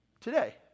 Today